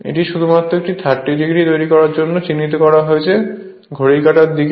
এটি শুধুমাত্র একটি 30o তৈরি করার জন্য চিহ্নিত করা হয়েছে ঘড়ির কাঁটার দিকে